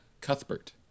Cuthbert